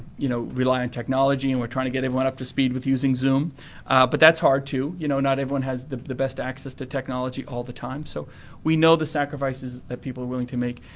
you know, rely on technology and we're trying to get everyone up to speed with using zoom but that's hard, too. you know not everyone has the the best access to technology all the time. so we know the sacrifices that people are willing to make.